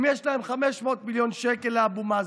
אם יש להם 500 מיליון שקל לאבו מאזן,